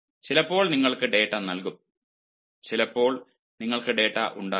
ചിലപ്പോൾ നിങ്ങൾക്ക് ഡാറ്റ നൽകും ചിലപ്പോൾ നിങ്ങൾക്ക് ഡാറ്റ ഉണ്ടാകില്ല